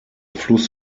fluss